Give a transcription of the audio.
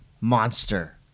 monster